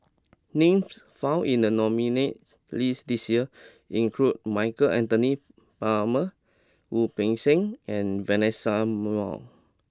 names found in the nominees' list this year include Michael Anthony Palmer Wu Peng Seng and Vanessa Mae